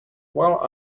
while